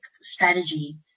strategy